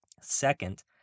Second